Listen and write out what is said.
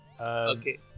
Okay